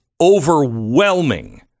overwhelming